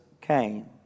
came